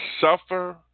suffer